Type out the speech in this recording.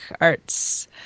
arts